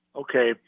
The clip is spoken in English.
Okay